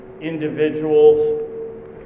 individuals